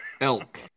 elk